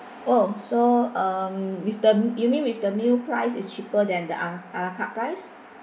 oh so um with the you mean with the new price is cheaper than the a~ ala carte price